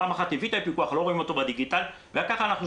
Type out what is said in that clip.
פעם אחת הביא יפוי כח ולא רואים אותו בדיגיטל,